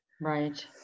Right